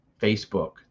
Facebook